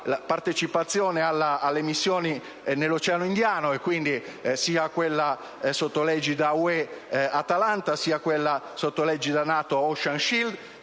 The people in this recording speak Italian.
la partecipazione alle missioni nell'Oceano Indiano, sia quella sotto l'egida UE, *Atalanta*, sia quella sotto l'egida NATO, *Ocean Shield*